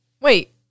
wait